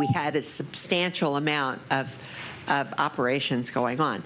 we had that substantial amount of operations going on